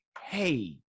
hey